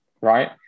right